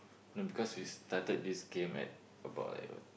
no because we started this game at about like